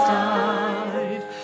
died